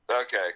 okay